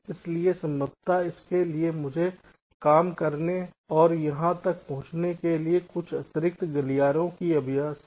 इसलिए संभवतः इसके लिए मुझे काम करने और यहां तक पहुंचने के लिए कुछ अतिरिक्त गलियारों की आवश्यकता होगी